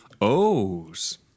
O's